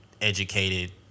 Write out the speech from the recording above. educated